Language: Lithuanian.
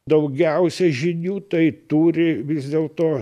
daugiausia žinių tai turi vis dėlto